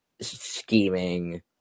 scheming